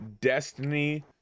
destiny